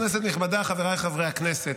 נכבדה, חבריי חברי הכנסת,